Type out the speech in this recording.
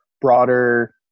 broader